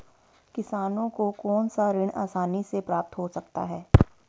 किसानों को कौनसा ऋण आसानी से प्राप्त हो सकता है?